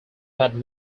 had